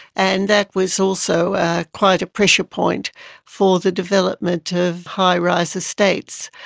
and that was also ah quite a pressure point for the development of high-rise estates.